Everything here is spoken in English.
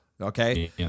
okay